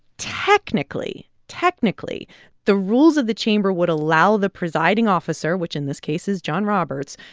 technically technically the rules of the chamber would allow the presiding officer, which in this case is john roberts,